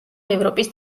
ევროპის